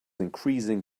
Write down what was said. increasing